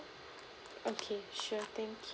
okay sure thank you